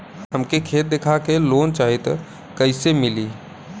हमके खेत देखा के लोन चाहीत कईसे मिली?